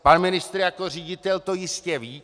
Pan ministr jako ředitel to jistě ví.